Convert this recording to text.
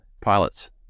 pilots